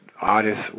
artists